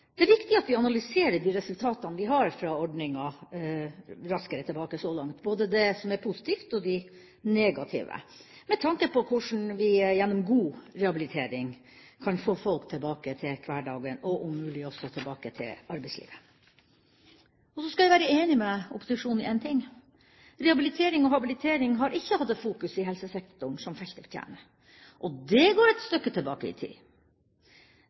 Det er viktig at vi analyserer de resultatene vi har fra ordningen Raskere tilbake så langt, både det som er positivt, og det som er negativt, med tanke på hvordan vi gjennom en god rehabilitering kan få folk tilbake til hverdagen, og om mulig også tilbake til arbeidslivet. Så skal jeg være enig med opposisjonen i én ting: rehabilitering og habilitering har ikke hatt det fokus i helsesektoren som feltet fortjener. Og det går et stykke tilbake i tid.